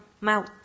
mouth